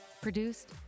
produced